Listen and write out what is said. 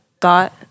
thought